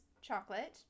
chocolate